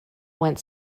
went